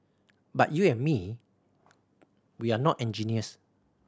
but you and me we're not engineers